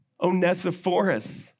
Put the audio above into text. Onesiphorus